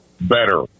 better